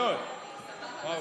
בבקשה.